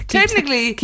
Technically